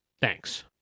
Thanks